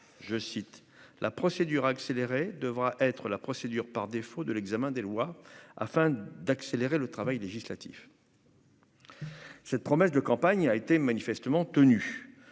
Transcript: je cite, la procédure accélérée devra être la procédure par défaut de l'examen des lois afin d'accélérer le travail législatif. Cette promesse de campagne a été manifestement tenu